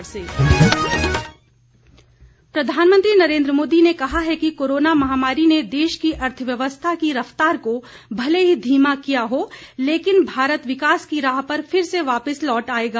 प्रधानमंत्री प्रधानमंत्री नरेन्द्र मोदी ने कहा है कि कोरोना महामारी ने देश की अर्थव्यवस्था की रफ्तार को भले ही धीमा किया हो लेकिन भारत विकास की राह पर फिर से वापस लौट आयेगा